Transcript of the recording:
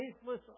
faithless